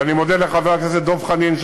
ואני מודה לחבר הכנסת דב חנין,